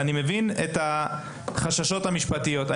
אני מבין את החששות המשפטיים.